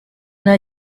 nta